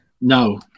No